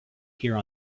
here